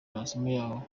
amasomo